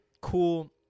cool